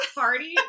party